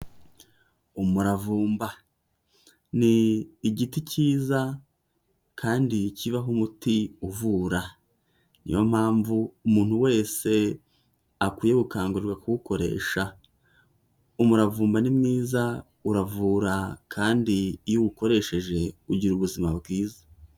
Umuravumba ni igiti cyiza kandi kibaho umuti uvura, niyo mpamvu umuntu wese akwiye gukangurirwa kuwukoresha, umuravumba ni mwiza uravura, kandi iyo uwukoresheje ugira ubuzima bwiza.